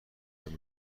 برام